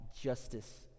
justice